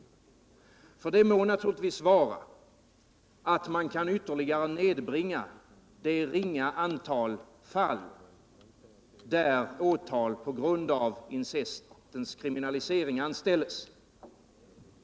Det må vara riktigt att man med reservationens formulering ytterligare kan nedbringa det ringa antal fall, där åtal på grund av incestens kriminalisering väcks.